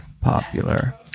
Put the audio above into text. popular